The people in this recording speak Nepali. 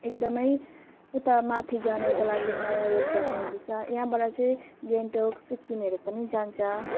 एकदमै उता माथि जानको लागि नयाँ रोड बनाउँदैछ यहाँबाट चाहिँ गान्तोक सिक्किमहरू पनि जान्छ